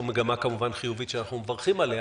מגמה כמובן חיובית שאנחנו מברכים עליה